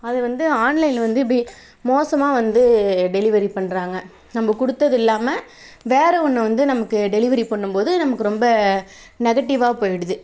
அதை வந்து ஆன்லைனில் வந்து இப்படி மோசமாக வந்து டெலிவரி பண்ணுறாங்க நம்ம கொடுத்தது இல்லாமல் வேறு ஒன்றை வந்து நமக்கு டெலிவரி பண்ணும் போது நமக்கு ரொம்ப நெகடிவ்வாக போய்விடுது